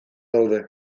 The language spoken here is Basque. daude